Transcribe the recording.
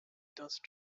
dust